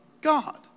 God